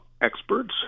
experts